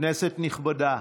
כנסת נכבדה,